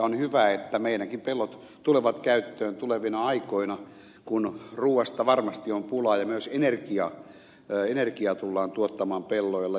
on hyvä että meidänkin peltomme tulevat käyttöön tulevina aikoina kun ruuasta varmasti on pulaa ja myös energiaa tullaan tuottamaan pelloilla